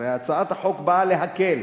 הרי הצעת החוק באה להקל.